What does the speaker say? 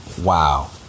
wow